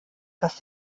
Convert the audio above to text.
dass